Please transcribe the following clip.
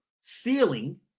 ceiling